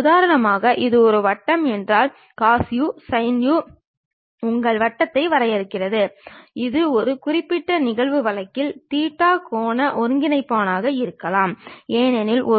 உதாரணமாக நாம் சைக்கிள் அல்லது காரை ஓட்டுகிறோம் என்று எடுத்துக் கொண்டால் சாலை ஒரு முனையிலிருந்து மற்றொரு முனைக்கு இணையான